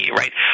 right